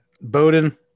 Bowden